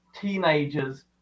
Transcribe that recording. teenagers